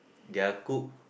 their cook